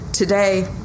Today